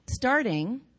Starting